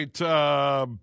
right